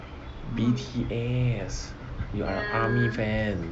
B_T_S you are army fan